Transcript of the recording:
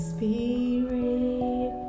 Spirit